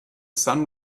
sun